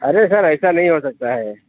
ارے sir ایسا نہیں ہو سکتا ہے